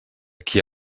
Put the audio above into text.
qui